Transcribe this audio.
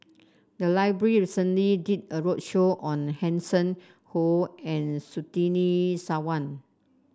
the library recently did a roadshow on Hanson Ho and Surtini Sarwan